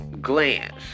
glance